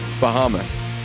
Bahamas